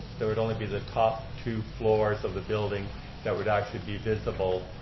there would only be the top two floors of the building that would actually be visible.